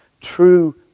true